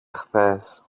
χθες